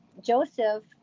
Joseph